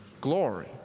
glory